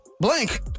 blank